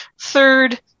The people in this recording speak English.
third